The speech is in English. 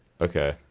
Okay